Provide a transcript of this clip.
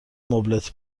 مبلت